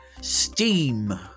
Steam